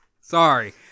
Sorry